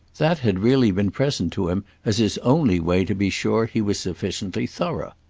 that had really been present to him as his only way to be sure he was sufficiently thorough.